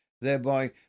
thereby